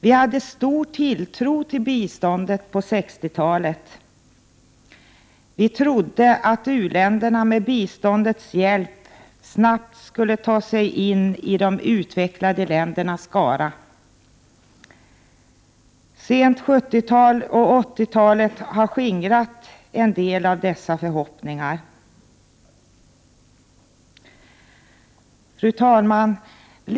Vi hade stor tilltro till biståndet på 60-talet. Vi trodde att u-länder med biståndets hjälp snart skulle ta sig in i de utvecklade ländernas skara. Sent 70-tal och 80-talet har skingrat en del av dessa förhoppningar. Fru talman!